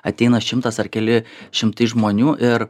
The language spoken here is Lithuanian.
ateina šimtas ar keli šimtai žmonių ir